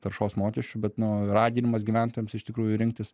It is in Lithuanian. taršos mokesčiu bet nu raginimas gyventojams iš tikrųjų rinktis